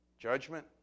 Judgment